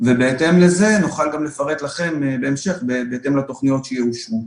ובהתאם לזה נוכל גם לפרט לכם בהמשך בהתאם לתוכניות שיאושרו.